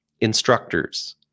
instructors